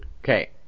Okay